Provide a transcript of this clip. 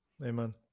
Amen